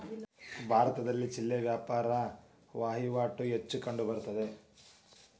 ಭಾರತದಲ್ಲಿ ಚಿಲ್ಲರೆ ವ್ಯಾಪಾರ ವಹಿವಾಟು ಹೆಚ್ಚು ಕಂಡುಬರುತ್ತದೆ